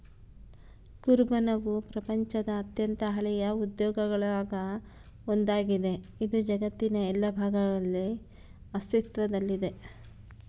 ಕುರುಬನವು ಪ್ರಪಂಚದ ಅತ್ಯಂತ ಹಳೆಯ ಉದ್ಯೋಗಗುಳಾಗ ಒಂದಾಗಿದೆ, ಇದು ಜಗತ್ತಿನ ಎಲ್ಲಾ ಭಾಗಗಳಲ್ಲಿ ಅಸ್ತಿತ್ವದಲ್ಲಿದೆ